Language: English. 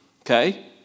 Okay